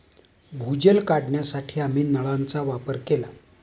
भूजल काढण्यासाठी आम्ही नळांचा वापर केला